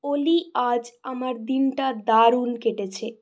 ওলি আজ আমার দিনটা দারুণ কেটেছে